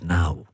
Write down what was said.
Now